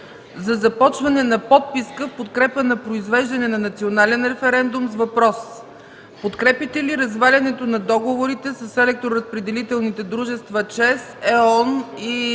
за започване на подписка в подкрепа на произвеждане на Национален референдум с въпрос: Подкрепяте ли развалянето на договорите с електроразпределителните дружества ЧЕЗ, Е.ОN и EVN?